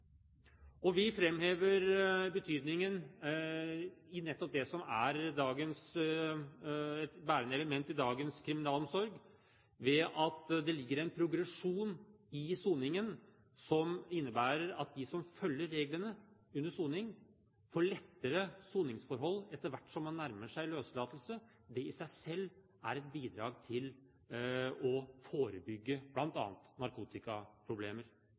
Vi framhever betydningen av nettopp det som er et bærende element i dagens kriminalomsorg, ved at det ligger en progresjon i soningen som innebærer at de som følger reglene under soning, får lettere soningsforhold etter hvert som man nærmer seg løslatelse. Det i seg selv er et bidrag til å forebygge bl.a. narkotikaproblemer.